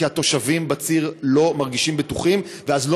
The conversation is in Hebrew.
כי התושבים בציר לא מרגישים בטוחים ואז לא